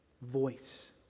Voice